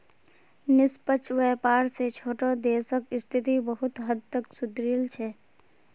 निष्पक्ष व्यापार स छोटो देशक स्थिति बहुत हद तक सुधरील छ